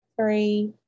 three